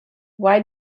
why